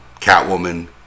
Catwoman